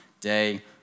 day